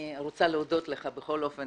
אני רוצה להודות לך בכל אופן,